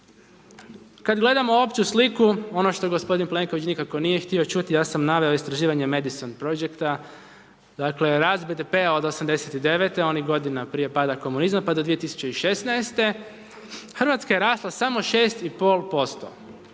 Kad gledamo opću sliku, ono što gospodin Plenković nikako nije htio čuti, ja sam naveo istraživanje Madison project-a, dakle rast BDP-a od '89.-te, onih godina prije pada komunizma pa do 2016. Hrvatska je rasla samo 6,5%.